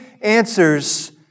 answers